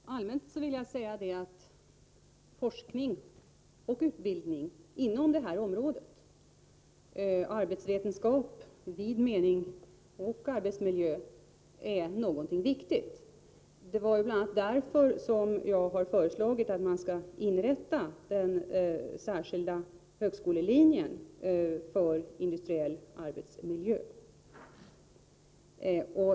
Herr talman! Allmänt vill jag säga att forskning och utbildning inom området arbetsvetenskap i vid mening och arbetsmiljö är någonting viktigt. Det är bl.a. därför jag har föreslagit att man skall inrätta den särskilda högskolelinjen för industriell arbetsmiljö.